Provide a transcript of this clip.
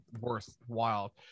worthwhile